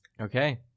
Okay